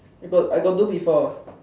I got I got do before